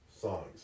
songs